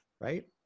right